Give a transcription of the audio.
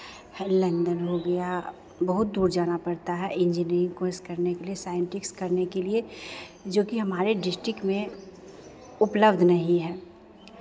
London हो गया बहुत दूर जाना पड़ता है इन्जिनियरिंग कोर्स करने के लिये साइंटिस्ट करने के लिये जो कि हमारे डिस्ट्रिक में उपलब्ध नहीं है